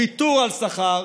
ויתור על שכר,